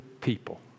people